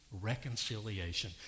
reconciliation